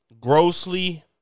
Grossly